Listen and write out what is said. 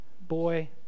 boy